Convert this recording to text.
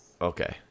okay